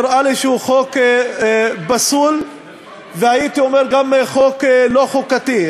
נראה לי שהוא חוק פסול והייתי אומר גם חוק לא-חוקתי.